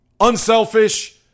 unselfish